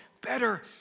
better